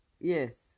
Yes